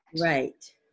Right